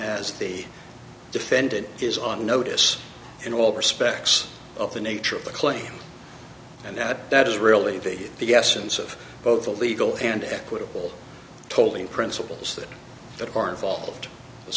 as the defendant is on notice in all respects of the nature of the claim and that that is really the the essence of both the legal and equitable tolling principles that that are involved as